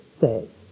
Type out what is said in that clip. says